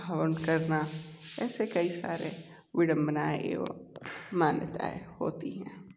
हवन करना ऐसे कई सारी विडंबनाएं एवं मान्यताऐं होती हैं